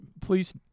please